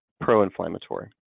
pro-inflammatory